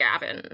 Gavin